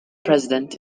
president